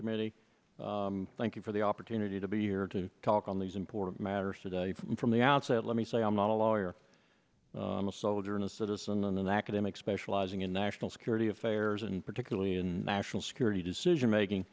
subcommittee thank you for the opportunity to be here to talk on these important matters today from the outset let me say i'm not a lawyer i'm a soldier and a citizen and an academic specializing in national security affairs and particularly in national security decision making